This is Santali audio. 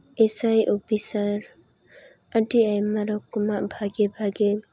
ᱮᱥ ᱟᱭ ᱚᱯᱷᱤᱥᱟᱨ ᱟᱹᱰᱤ ᱟᱭᱢᱟ ᱨᱚᱠᱚᱢᱟᱜ ᱵᱷᱟᱹᱜᱤ ᱵᱷᱟᱹᱜᱤ